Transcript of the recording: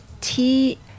tea